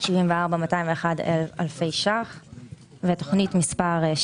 1304 74,201 אלפי ₪; ותוכנית 7